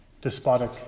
despotic